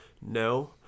No